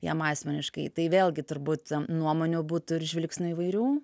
jam asmeniškai tai vėlgi turbūt nuomonių būtų ir žvilgsnių įvairių